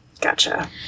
Gotcha